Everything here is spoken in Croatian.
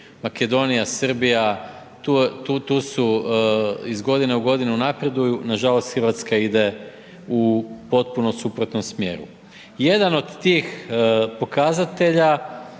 Makedonija, Srbija, tu su iz godine u godine napreduju nažalost Hrvatska ide u potpunom suprotnom smjeru. Jedan od tih pokazatelja